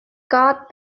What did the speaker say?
guard